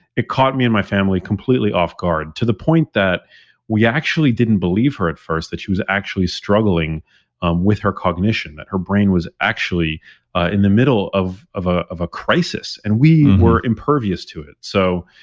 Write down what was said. it caught me and my family completely off guard, to the point that we actually didn't believe her at first that she was actually struggling um with her cognition, that her brain was actually in the middle of of ah a crisis and we were impervious to it. so